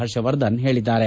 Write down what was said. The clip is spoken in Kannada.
ಹರ್ಷವರ್ಧನ್ ಹೇಳಿದ್ದಾರೆ